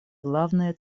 главные